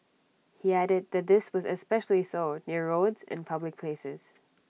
he added that this was especially so near roads and public places